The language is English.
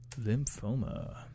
Lymphoma